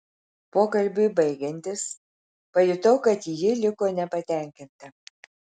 pokalbiui baigiantis pajutau kad ji liko nepatenkinta